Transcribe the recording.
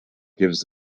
gives